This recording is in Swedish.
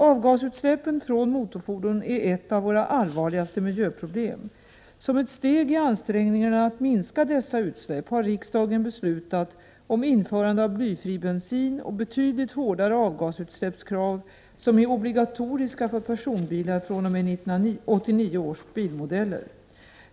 Avgasutsläppen från motorfordon är ett av våra allvarligaste miljöproblem. Som ett steg i ansträngningarna att minska dessa utsläpp har riksdagen beslutat om införande av blyfri bensin och betydligt hårdare avgasutsläppskrav som är obligatoriska för personbilar fr.o.m. 1989 års bilmodeller.